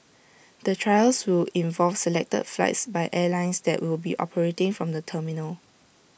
the trials will involve selected flights by airlines that will be operating from the terminal